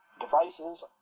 devices